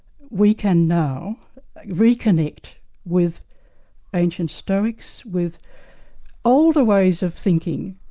we can now reckon it with ancient stoics, with older ways of thinking,